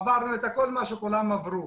עברנו את כל מה שכולם עברו.